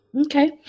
Okay